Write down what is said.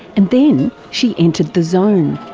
and then she entered the zone.